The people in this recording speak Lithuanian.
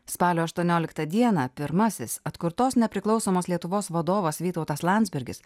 spalio aštuonioliktą dieną pirmasis atkurtos nepriklausomos lietuvos vadovas vytautas landsbergis